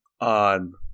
on